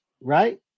right